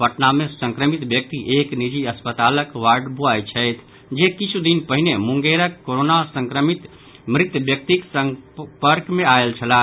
पटना मे संक्रमित व्यक्ति एक निजी अस्पतालक वार्ड व्यॉय छथि जे किछ् दिन पहिने मुंगेरक कोरोना संक्रमित मृत व्यक्तिक संपर्क मे आयल छलाह